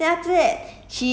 I don't know lah